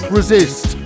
Resist